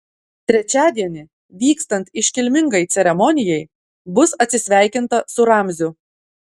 trečiadienį vykstant iškilmingai ceremonijai bus atsisveikinta su ramziu